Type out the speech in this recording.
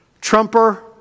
trumper